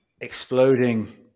exploding